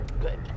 Good